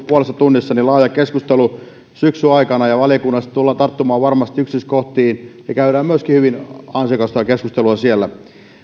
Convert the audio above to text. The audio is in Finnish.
puolessa tunnissa laaja keskustelu syksyn aikana valiokunnassa tullaan tarttumaan varmasti yksityiskohtiin ja käydään myöskin hyvin ansiokasta keskustelua